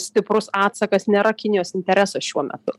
stiprus atsakas nėra kinijos interesas šiuo metu